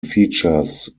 features